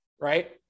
right